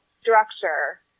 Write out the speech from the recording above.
structure